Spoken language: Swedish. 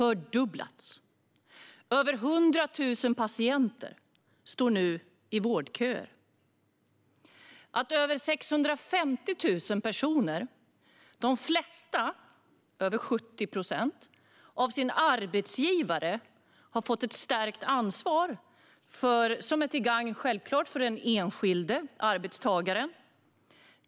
Över 100 000 patienter står nu i vårdköer. Att över 650 000 personer - varav de flesta, över 70 procent - har fått ett stärkt ansvar av sin arbetsgivare är självklart till gagn för den enskilde arbetstagaren.